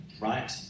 right